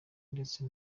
ndetse